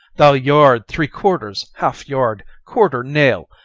thou yard, three-quarters, half-yard, quarter, nail!